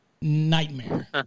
nightmare